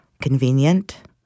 convenient